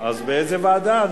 אז באיזו ועדה?